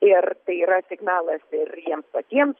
ir tai yra signalas ir jiems patiems